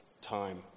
time